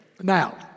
Now